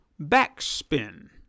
backspin